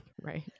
Right